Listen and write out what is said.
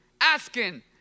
asking